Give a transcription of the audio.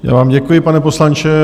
Já vám děkuji, pane poslanče.